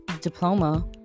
diploma